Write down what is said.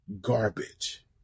garbage